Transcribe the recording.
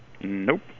Nope